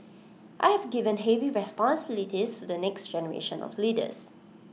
I have given heavy responsibilities to the next generation of leaders